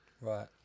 Right